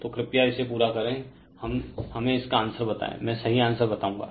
तो कृपया इसे पूरा करें हमें इसका आंसर बताएं मैं सही आंसर बताऊंगा